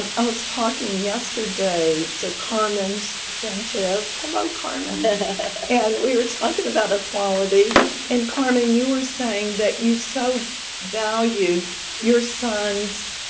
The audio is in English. i was talking yesterday to carmen so sanchez hello carmen! and and we were talking about equality and carmen, you were saying that you so value your son's